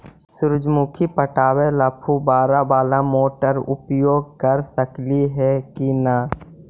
सुरजमुखी पटावे ल फुबारा बाला मोटर उपयोग कर सकली हे की न?